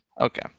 Okay